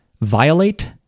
violate